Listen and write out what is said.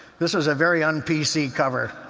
this is a very un-pc cover.